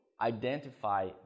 identify